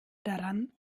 daran